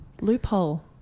Loophole